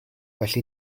felly